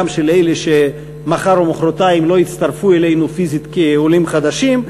גם של אלה שמחר או מחרתיים לא יצטרפו אלינו פיזית כעולים חדשים,